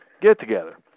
get-together